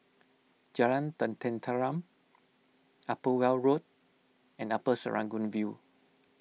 Jalan Tenteram Upper Weld Road and Upper Serangoon View